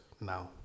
now